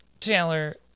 Taylor